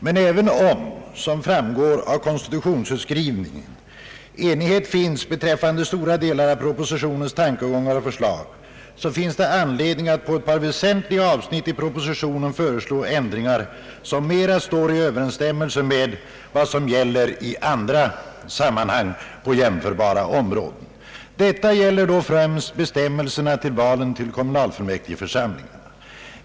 Men även om, som framgår av konstitutionsutskottets skrivning, enighet råder kring stora delar av propositionens tankegångar och förslag, finns det anledning att beträffande ett par väsentliga avsnitt i propositionen föreslå ändringar som mera står i överensstämmelse med vad som gäller i andra sammanhang på jämförbara områden. Det är främst fråga om bestämmelserna för valen till kommunalfullmäktigeförsamlingarna.